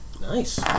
Nice